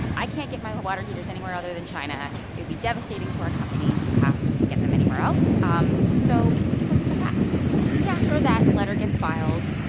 i can't get my hot water heaters anywhere other than china. it would be devastating to our company to have to get them anywhere else. um so please give us a pass soon after that letter gets filed,